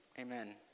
Amen